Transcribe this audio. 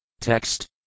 Text